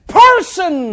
person